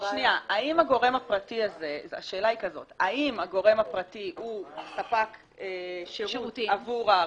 האם הגורם הפרטי הוא הספק שירות עבור הרשות,